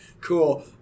cool